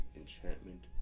enchantment